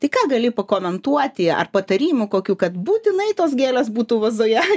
tai ką gali pakomentuoti ar patarimų kokių kad būtinai tos gėlės būtų vazoje